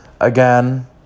again